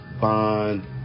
bond